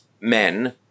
men